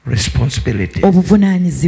Responsibility